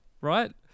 right